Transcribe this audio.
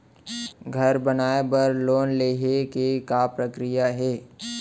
घर बनाये बर लोन लेहे के का प्रक्रिया हे?